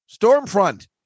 Stormfront